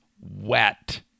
wet